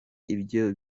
ibyo